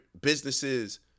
businesses